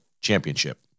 championship